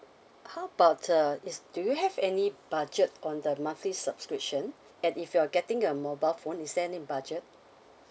how about uh is do you have any budget on the monthly subscription and if you are getting a mobile phone is there any budget